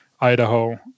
Idaho